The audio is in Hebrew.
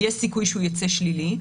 יש סיכוי שהוא יצא שלילי,